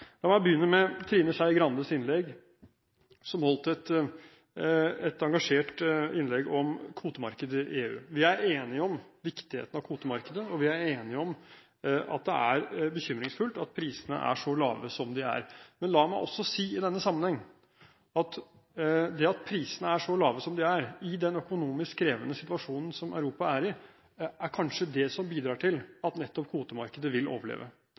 La meg begynne med Trine Skei Grandes innlegg. Hun holdt et engasjert innlegg om kvotemarked i EU. Vi er enige om viktigheten av kvotemarkedet, og vi er enige om at det er bekymringsfullt at prisene er så lave som de er. Men la meg også si i denne sammenheng at det at prisene er så lave som de er i den økonomisk krevende situasjonen som Europa er i, kanskje er det som bidrar til at nettopp kvotemarkedet vil overleve.